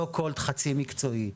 so cold חצי מקצועי.